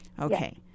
Okay